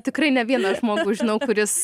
tikrai ne vieną žmogų žinau kuris